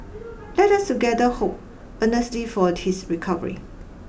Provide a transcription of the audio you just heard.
let us together hope earnestly for his recovery